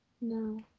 no